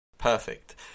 Perfect